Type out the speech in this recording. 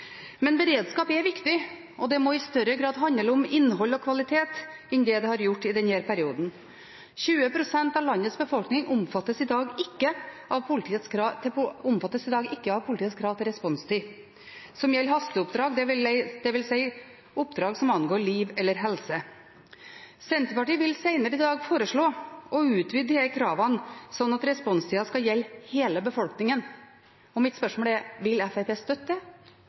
Men beredskap er viktig, og det må i større grad handle om innhold og kvalitet enn det det har gjort i denne perioden. 20 pst. av landets befolkning omfattes i dag ikke av politiets krav til responstid ved hasteoppdrag, dvs. oppdrag som angår liv og helse. Senterpartiet vil senere i dag foreslå å utvide disse kravene, slik at responstida skal gjelde hele befolkningen. Mitt spørsmål er: Vil Fremskrittspartiet støtte